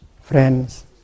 friends